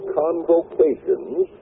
convocations